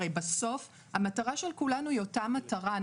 הרי בסוף המטרה של כולנו היא אותה מטרה,